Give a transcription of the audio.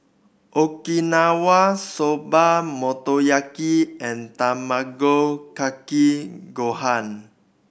Okinawa Soba Motoyaki and Tamago Kake Gohan